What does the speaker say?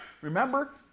Remember